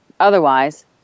Otherwise